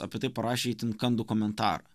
apie tai parašė itin kandų komentarą